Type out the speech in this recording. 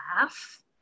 laugh